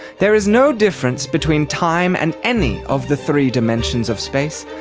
there is no difference between time and any of the three dimensions of space,